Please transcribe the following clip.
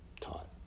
taught